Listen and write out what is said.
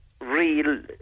real